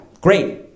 great